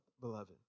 beloved